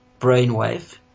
brainwave